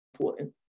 important